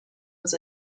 was